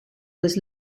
was